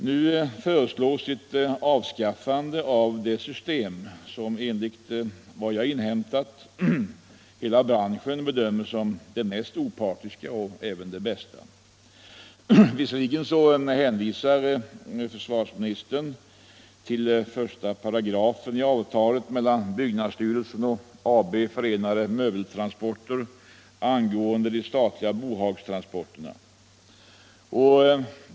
Nu föreslås ett avskaffande av det system som enligt vad jag inhämtat hela branschen bedömer som det mest opartiska och som det bästa. Försvarsministern hänvisar till I § i avtalet mellan byggnadsstyrelsen och AB Förenade Möbeltransportörer angående de statliga bohagstransporterna.